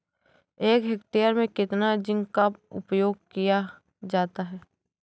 एक हेक्टेयर में कितना जिंक का उपयोग किया जाता है?